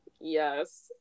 yes